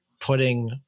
putting